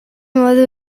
modu